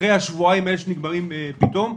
אחרי השבועיים האלה שנגמרים פתאום.